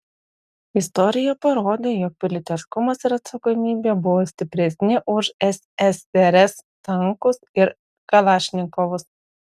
istorija parodė jog pilietiškumas ir atsakomybė buvo stipresni už ssrs tankus ir kalašnikovus